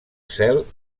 cel